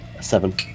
Seven